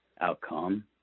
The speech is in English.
outcome